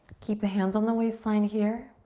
keep the hands on the waistline, here,